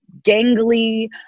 gangly